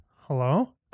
Hello